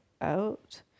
out